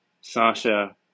Sasha